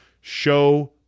Show